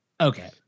okay